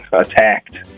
attacked